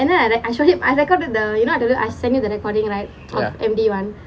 ya